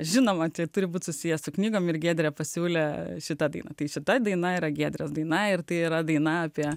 žinoma tai turi būti susiję su knygom ir giedrė pasiūlė šitą dainą tai su ta daina yra giedras daina ir tai yra daina apie